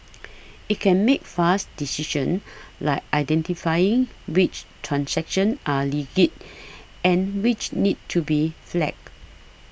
it can make fast decisions like identifying which transactions are legit and which need to be flagged